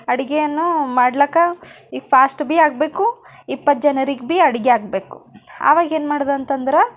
ಅಡುಗೆಯನ್ನು ಮಾಡ್ಲಿಕ್ಕೆ ಈಗ ಫಾಸ್ಟ್ ಬಿ ಆಗಬೇಕು ಇಪ್ಪತ್ತು ಜನರಿಗೆ ಬಿ ಅಡುಗೆ ಆಗಬೇಕು ಆವಾಗ ಏನು ಮಾಡಿದೆ ಅಂತಂದ್ರೆ